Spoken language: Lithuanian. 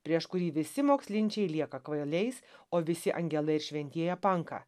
prieš kurį visi mokslinčiai lieka kvailiais o visi angelai ir šventieji apanka